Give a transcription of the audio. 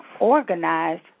organized